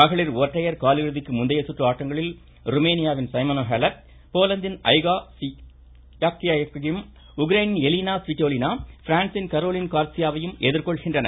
மகளிர் ஒற்றையர் கால் இறுதிக்கு முந்தைய சுற்று ஆட்டங்களில் ருமேனியாவின் ஸைமனோ ஹேலப் போலந்தின் ஐகா ஸ்வியாடெக்கையும் உக்ரைனின் எலினா ஸ்விட்டோலினா ஃபிரான்ஸின் கரோலின் கார்ஸியாவையும் எதிர்கொள்கின்றனர்